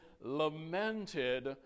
lamented